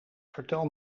vertel